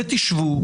ותשבו,